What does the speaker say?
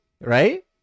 right